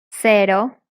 cero